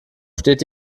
steht